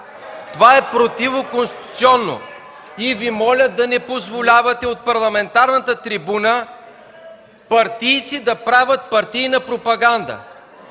Това е противоконституционно! Моля Ви да не позволявате от парламентарната трибуна партийци да правят партийна пропаганда